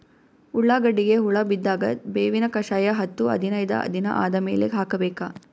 ಉಳ್ಳಾಗಡ್ಡಿಗೆ ಹುಳ ಬಿದ್ದಾಗ ಬೇವಿನ ಕಷಾಯ ಹತ್ತು ಹದಿನೈದ ದಿನ ಆದಮೇಲೆ ಹಾಕಬೇಕ?